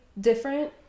different